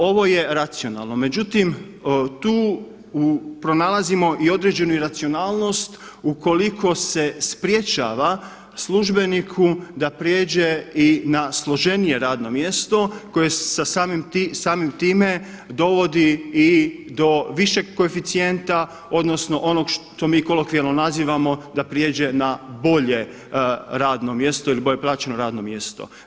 Ovo je racionalno, međutim tu pronalazimo i određenu iracionalnost ukoliko se sprječava službeniku da pređe i na složenije radno mjesto koje sa sami time dovodi i do višeg koeficijenta odnosno onog što mi kolokvijalno nazivamo da prijeđe na bolje radno mjesto ili bolje plaćeno radno mjesto.